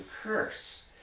curse